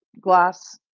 glass